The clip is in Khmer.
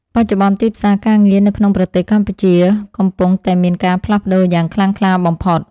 បច្ចុប្បន្ន ទីផ្សារការងារនៅក្នុងប្រទេសកម្ពុជាកំពុងតែមានការផ្លាស់ប្តូរយ៉ាងខ្លាំងក្លាបំផុត។